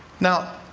now,